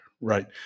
right